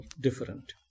different